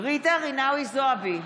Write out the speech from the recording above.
ג'ידא רינאוי זועבי,